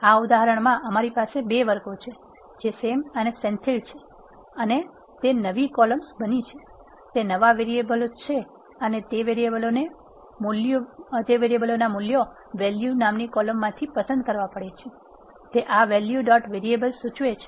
આ ઉદાહરણમાં અમારી પાસે 2 વર્ગો છે જે સેમ અને સેન્થિલ છે અને તે નવી કોલામ્સ બની છે તે નવા વેરીએબલ છે અને તે વેરીએબલો માટેના મૂલ્યો વેલ્યુ નામની કોલમ માંથી પસંદ કરવા પડે છે તે આ વેલ્યુ ડોટ વેરીએબલ સૂચવે છે